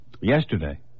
yesterday